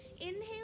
inhale